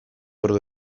ordu